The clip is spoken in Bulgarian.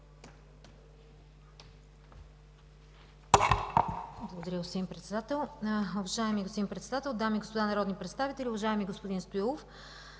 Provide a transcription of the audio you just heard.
Благодаря, господин Председател.